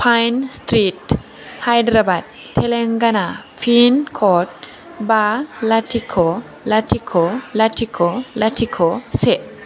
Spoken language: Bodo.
पाइन street Hyderabad Telangana pin code बा लाथिख' लाथिख' लाथिख' लाथिख' से